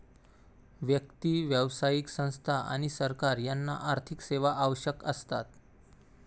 व्यक्ती, व्यावसायिक संस्था आणि सरकार यांना आर्थिक सेवा आवश्यक असतात